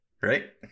right